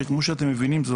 כמו שאתם מבינים זו